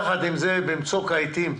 יחד עם זה, בצוק העיתים,